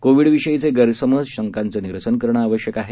कोविडविषयीचे गैरसमज शंकांचं निरसन करणं आवश्यक आहे